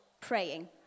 praying